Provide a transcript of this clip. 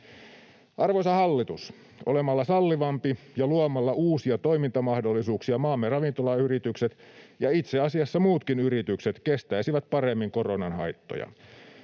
Arvoisa hallitus, olemalla sallivampi ja luomalla uusia toimintamahdollisuuksia maamme ravintolayritykset, ja itse asiassa muutkin yritykset, kestäisivät paremmin koronan haittoja.